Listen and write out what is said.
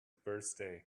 birthday